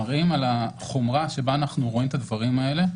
מראים על החומרה שבה אנחנו רואים את הדברים האלה,